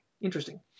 interesting